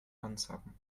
ansagen